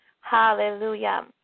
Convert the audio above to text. Hallelujah